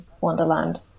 Wonderland